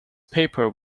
paper